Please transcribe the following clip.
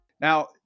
Now